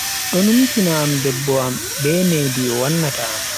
Do numtina am debbo am be needi o wannata am.